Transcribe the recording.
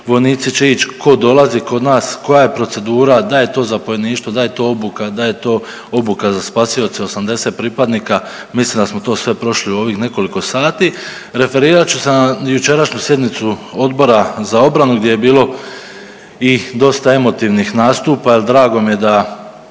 vojnici će ići, tko dolazi kod nas, koja je procedura, da li je to zapovjedništvo, da li je to obuka, da je to obuka za spasioce 80 pripadnika. Mislim da smo to sve prošli u ovih nekoliko sati. Referirat ću se na jučerašnju sjednicu Odbora za obranu gdje je bilo i dosta emotivnih nastupa. Jer drago mi je da